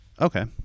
okay